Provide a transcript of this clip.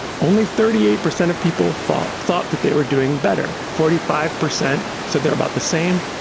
only thirty eight percent of people thought thought that they were doing better, forty five percent said they're about the same,